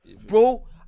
Bro